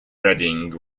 reading